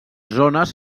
zones